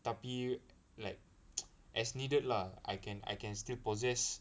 tapi like as needed lah I can I can still possess